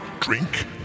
drink